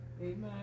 Amen